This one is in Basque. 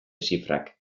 zifrak